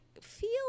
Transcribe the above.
feel